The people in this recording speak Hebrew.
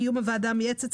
קיום הוועדה המייעצת,